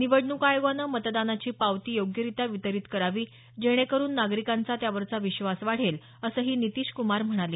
निवडणूक आयोगानं मतदानाची पावती योग्यरित्या वितरित करावी जेणेकरुन नागरिकांना त्यावरचा विश्वास वाढेल असंही नितीश कुमार म्हणाले